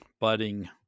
budding